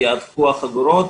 יהדקו את החגורות,